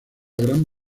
gran